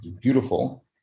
beautiful